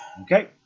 Okay